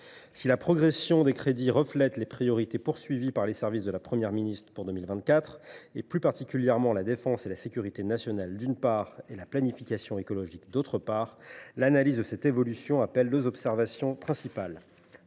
Si la progression des crédits reflète les priorités établies par les services de la Première ministre pour 2024, qu’il s’agisse de la défense et de la sécurité nationale ou de la planification écologique, l’analyse de cette évolution appelle deux observations principales.